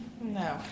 No